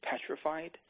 petrified